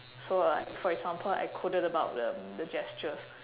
so like for example I quoted about the the gestures